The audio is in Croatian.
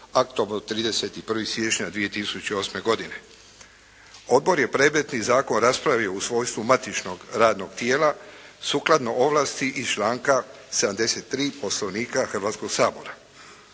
aktom od 31. siječnja 2008. godine. Odbor je predmetni zakon raspravio u svojstvu matičnog radnog tijela sukladno ovlasti iz članka 73. Poslovnika Hrvatskog sabora.